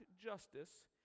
justice